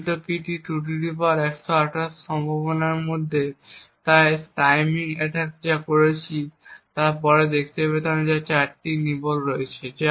প্রকৃত কীটি 2128 সম্ভাবনার মধ্যে একটি তাই টাইমিং অ্যাটাক যা আমরা করেছি তার পরে আমরা দেখতে পেলাম যে 4টি নিবল রয়েছে